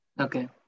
Okay